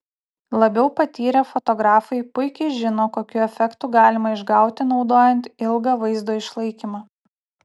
labiau patyrę fotografai puikiai žino kokių efektų galima išgauti naudojant ilgą vaizdo išlaikymą